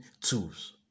tools